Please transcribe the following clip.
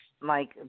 Mike